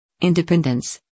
Independence